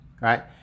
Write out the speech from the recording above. right